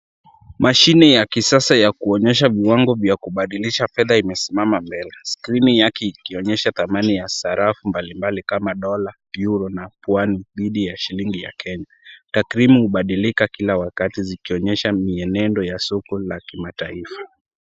Mashini ya kisasa ya kuonyesha viwango vya kubadilisha fedha imesimama mbele. Skrini yake ikionyesha thamani ya sarafu mbalimbali kama dolla, euro na pauni dhidi ya shilingi ya Kenya. Takwimu hubadilika kila wakati zikionyesha mienendo ya soko la kimataifa.